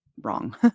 wrong